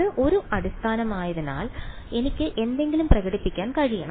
അത് ഒരു അടിസ്ഥാനമായതിനാൽ എനിക്ക് എന്തെങ്കിലും പ്രകടിപ്പിക്കാൻ കഴിയണം